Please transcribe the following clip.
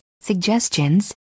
suggestions